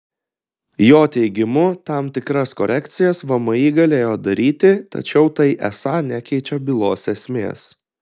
jo teigimu tam tikras korekcijas vmi galėjo daryti tačiau tai esą nekeičia bylos esmės